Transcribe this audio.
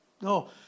No